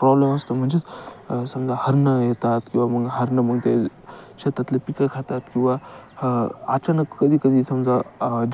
problem असतो म्हणजेच समजा हरणं येतात किंवा मग हरणं मग ते शेतातले पिकं खातात किंवा अचानक कधी कधी समजा